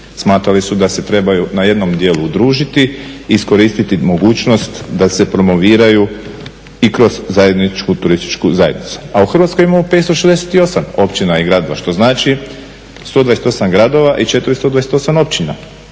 Smatrali su da se trebaju na jednom dijelu udružiti i iskoristiti mogućnost da se promoviraju i kroz zajedničku turističku zajednicu. A u Hrvatskoj imamo 568 općina i gradova, što znači 128 gradova i 428 općina.